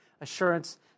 assurance